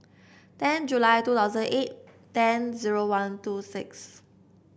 ten July two thousand eight ten zero one two six